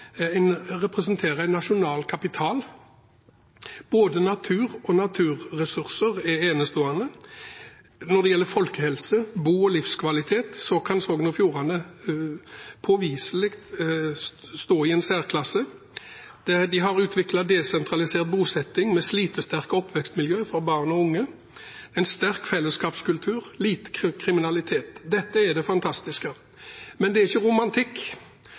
representerer en nasjonal kapital. Både naturen og naturressursene er enestående. Når det gjelder folkehelse, bo- og livskvalitet, kan Sogn og Fjordane påviselig stå i en særklasse. De har utviklet en desentralisert bosetting med slitesterke oppvekstmiljø for barn og unge og en sterk fellesskapskultur, og de har lite kriminalitet. Dette er fantastisk. Men det er ikke romantikk,